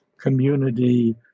community